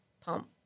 pump